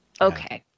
Okay